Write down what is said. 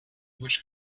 which